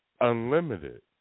unlimited